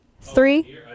Three